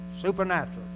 supernatural